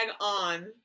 on